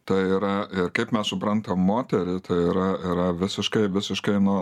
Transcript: tai yra kaip mes suprantam moterį tai yra yra visiškai visiškai nu